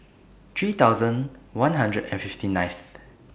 three thousand one hundred and fifty ninth